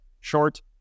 short